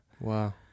wow